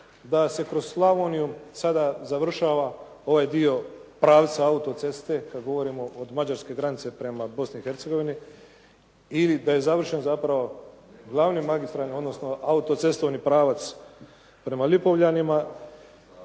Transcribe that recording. da se kroz Slavoniju sada završava ovaj dio pravca autoceste kada govorimo od Mađarske granice prema Bosni i Hercegovini i da je završen zapravo glavni magistralni, odnosno autocestovni pravac prema Lipovljanima,